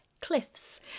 cliffs